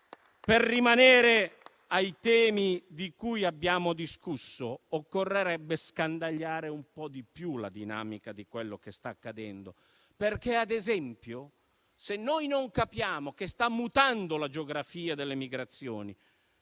Per rimanere ai temi di cui abbiamo discusso, occorrerebbe scandagliare un po' di più la dinamica di quello che sta accadendo, perché, ad esempio, se noi non capiamo che sta mutando la geografia delle migrazioni,